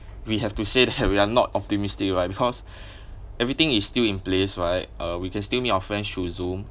we have to say that we are not optimistic right because everything is still in place right uh we can still meet our friends through zoom